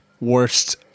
worst